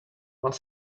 one